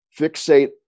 Fixate